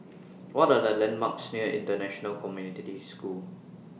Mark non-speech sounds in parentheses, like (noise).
(noise) What Are The landmarks near International Community School